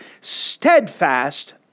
steadfast